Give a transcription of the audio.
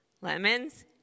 lemons